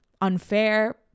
unfair